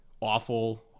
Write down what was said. awful